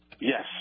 Yes